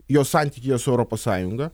jos santykyje su europos sąjunga